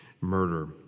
murder